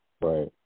Right